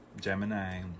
Gemini